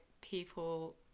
people